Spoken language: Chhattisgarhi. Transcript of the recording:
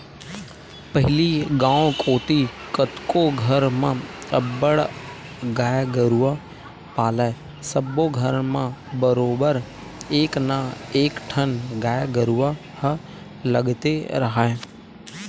पहिली गांव कोती कतको घर म अब्बड़ गाय गरूवा पालय सब्बो घर म बरोबर एक ना एकठन गाय गरुवा ह लगते राहय